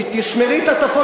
אני אתן לך ועוד איך.